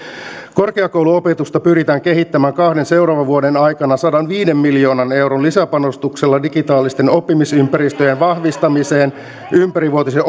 korkeakouluopetusta pyritään kehittämään kahden seuraavan vuoden aikana sadanviiden miljoonan euron lisäpanostuksella digitaalisten oppimisympäristöjen vahvistamiseen ympärivuotisen